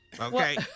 Okay